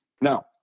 Now